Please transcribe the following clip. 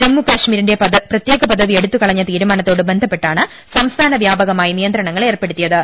ജമ്മു കശ്മീരിന്റെ പ്രത്യേക പദ്വി എടുത്തുകളഞ്ഞ തീരുമാനത്തോട് ബന്ധപ്പെട്ടാണ് സ്ംസ്ഫാ്ന വ്യാപകമായി നിയന്ത്ര ണങ്ങൾ ഏർപ്പെടുത്തിയത്